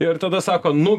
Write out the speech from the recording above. ir tada sako nu